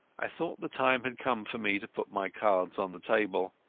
i thought the time had come for me to put my cards on the table.